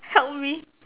help me